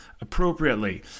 appropriately